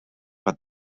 but